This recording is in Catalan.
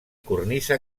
cornisa